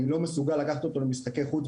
אני לא מסוגל לקחת אותו למשחקי חוץ,